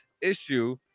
issue